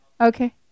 Okay